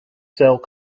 sales